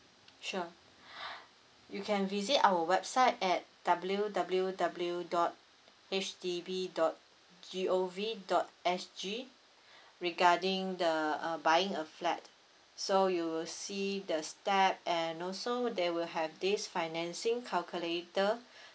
sure you can visit our website at W W W dot H D B dot G O V dot S G regarding the uh buying a flat so you'll see the step and also there will have this financing calculator